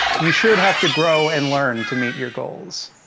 you should have to grow and learn to meet your goals.